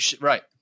Right